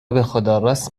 بخداراست